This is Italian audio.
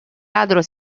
ladro